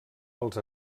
pels